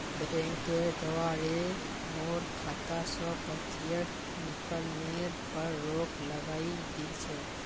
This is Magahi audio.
बैंकेर द्वारे मोर खाता स प्रत्यक्ष विकलनेर पर रोक लगइ दिल छ